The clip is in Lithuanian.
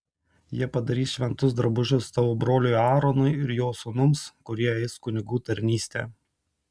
jie padarys šventus drabužius tavo broliui aaronui ir jo sūnums kurie eis kunigų tarnystę